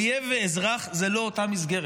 אויב ואזרח זו לא אותה מסגרת.